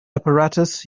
apparatus